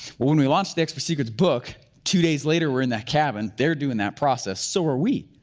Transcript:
when we launched the expert secrets book, two days later, we're in that cabin, they're doing that process, so are we.